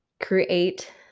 create